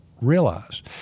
realize